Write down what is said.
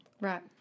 Right